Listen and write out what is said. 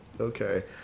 okay